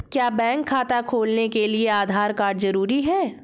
क्या बैंक खाता खोलने के लिए आधार कार्ड जरूरी है?